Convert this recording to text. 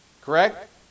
Correct